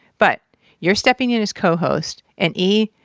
but you're stepping in as co-host and e,